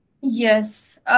Yes